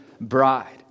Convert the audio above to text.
bride